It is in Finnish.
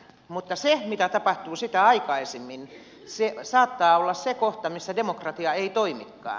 mutta se mitä tapahtuu sitä aikaisemmin saattaa olla se kohta missä demokratia ei toimikaan